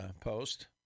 post